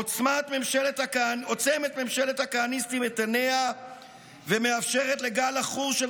עוצמת ממשלת הכהניסטים את עיניה ומאפשרת לגל עכור של